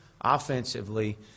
offensively